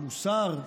המוסר,